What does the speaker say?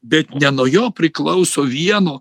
bet ne nuo jo priklauso vieno